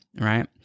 right